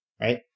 Right